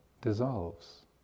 dissolves